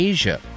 Asia